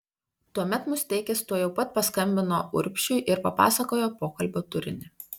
tuomet musteikis tuojau pat paskambino urbšiui ir papasakojo pokalbio turinį